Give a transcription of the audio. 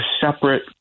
separate